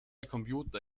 computer